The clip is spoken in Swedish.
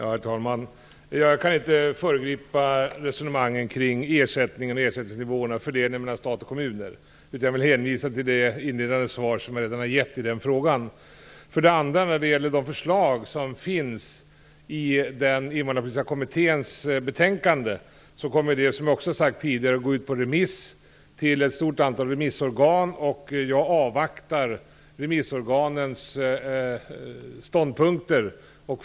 Herr talman! Jag kan inte föregripa resonemangen kring ersättningsnivåerna och fördelningen mellan stat och kommuner, utan jag vill hänvisa till det inledande svar som jag redan har gett i frågan. Förslagen i Invandrarpolitiska kommitténs betänkande kommer, som jag tidigare har sagt, att gå ut på remiss till ett stort antal remissorgan. Jag avvaktar remissorganens ståndpunkter.